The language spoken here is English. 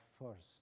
first